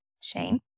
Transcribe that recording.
Shane